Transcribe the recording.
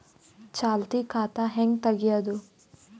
ಚಾಲತಿ ಖಾತಾ ಹೆಂಗ್ ತಗೆಯದು?